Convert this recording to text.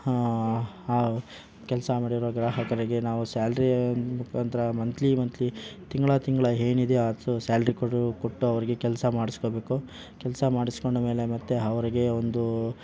ಕೆಲಸ ಮಾಡಿರೋ ಗ್ರಾಹಕರಿಗೆ ನಾವು ಸ್ಯಾಲ್ರೀ ಮುಖಾಂತರ ಮಂಥ್ಲಿ ಮಂಥ್ಲಿ ತಿಂಗ್ಳಾ ತಿಂಗ್ಳಾ ಏನಿದೆಯೋ ಅಷ್ಟು ಸ್ಯಾಲರಿ ಕೊಟ್ಟು ಕೊಟ್ಟು ಅವರಿಗೆ ಕೆಲಸ ಮಾಡಿಸ್ಕೊಳ್ಬೇಕು ಕೆಲಸ ಮಾಡಿಸ್ಕೊಂಡ್ಮೇಲೆ ಮತ್ತೆ ಅವರಿಗೆ ಒಂದು